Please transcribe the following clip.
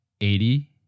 eighty